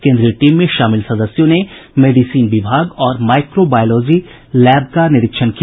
केंद्रीय टीम में शामिल सदस्यों ने मेडिसीन विभाग और माइक्रो बायोलॉजी लैब का निरीक्षण किया